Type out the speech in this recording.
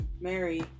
Mary